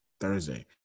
Thursday